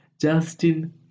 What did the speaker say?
Justin